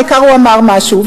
העיקר הוא אמר משהו.